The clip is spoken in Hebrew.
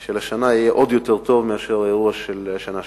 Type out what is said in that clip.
של השנה יהיה עוד יותר טוב מאשר האירוע של השנה שעברה.